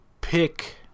pick